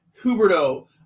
Huberto